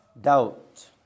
doubt